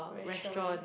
restaurant